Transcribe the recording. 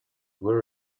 were